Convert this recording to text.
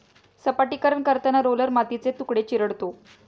सपाटीकरण करताना रोलर मातीचे तुकडे चिरडतो